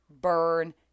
burn